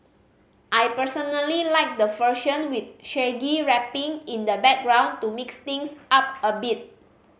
I personally like the version with Shaggy rapping in the background to mix things up a bit